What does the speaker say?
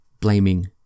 blaming